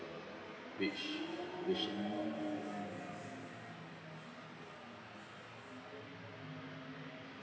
which which